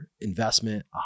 investment